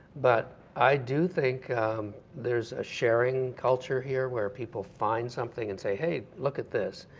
but i do think there's a sharing culture here where people find something and say, hey, look at this.